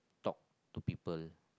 talk to people